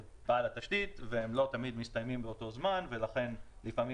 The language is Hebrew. בעל התשתית והם לא תמיד מסתיימים באותו זמן ולכן לפעמים